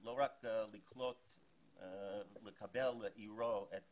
ולא רק כדי לקבל לעירו את